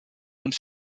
und